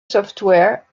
software